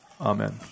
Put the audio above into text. Amen